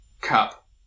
cup